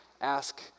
ask